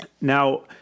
now